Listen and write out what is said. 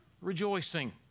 rejoicing